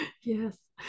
Yes